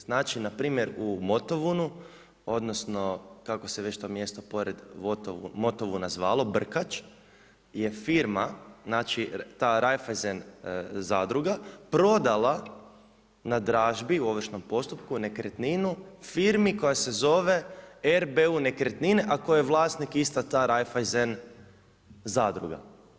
Znači npr. u Motovunu odnosno kako se to mjesto pored Motovuna zvalo Brkač je firma ta Raiffeisen zadruga prodala na dražbi u ovršnom postupku nekretninu firmi koja se zove R.B.U. Nekretnine, a koja je vlasnik ista ta Raiffeisen zadruga.